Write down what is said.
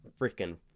freaking